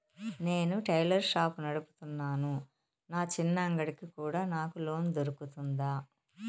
నేను tailor shop నడుపుతున్నాను, నా చిన్న అంగడి కి కూడా నాకు లోను దొరుకుతుందా?